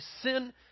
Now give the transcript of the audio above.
sin